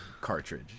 cartridge